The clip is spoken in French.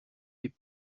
les